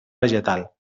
vegetal